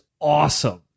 awesome